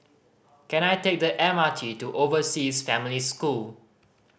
can I take the M R T to Overseas Family School